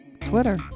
Twitter